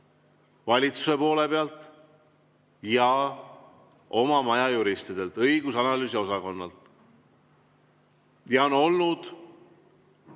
valitsuse poole pealt ja oma maja juristidelt, õigus‑ ja analüüsiosakonnalt. On olnud